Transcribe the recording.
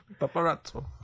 Paparazzo